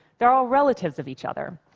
they're all relatives of each other.